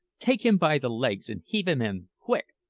take him by the legs and heave him in quick!